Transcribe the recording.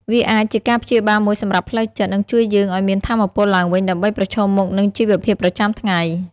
វាអាចជាការព្យាបាលមួយសម្រាប់ផ្លូវចិត្ត និងជួយយើងឲ្យមានថាមពលឡើងវិញដើម្បីប្រឈមមុខនឹងជីវភាពប្រចាំថ្ងៃ។